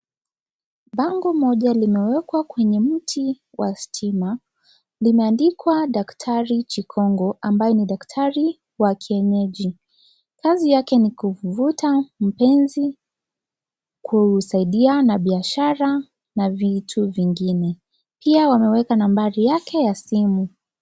Bango moja limewekwa kwenye mti wa stima , limeandikwa daktari chikongo ambaye ni daktari wa kienyeji , kazi yake kuvuta mpenzi kusaidia na biashara na vitu vingine , pia ameweka nambari yake ya simu.